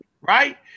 right